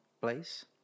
place